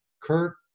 Kurt